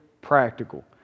practical